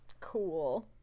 cool